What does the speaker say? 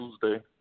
Tuesday